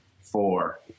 four